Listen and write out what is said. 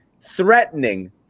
threatening